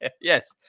Yes